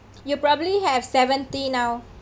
you probably have seventy now